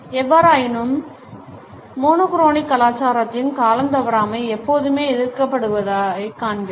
எவ்வாறாயினும் மோநோக்ரோனிக்கலாச்சாரத்தின் காலந்தவறாமை எப்போதுமே எதிர்க்கப்படுவதைக் காண்கிறோம்